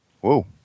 Whoa